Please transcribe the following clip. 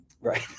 Right